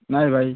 ନାଇଁ ଭାଇ